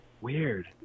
Weird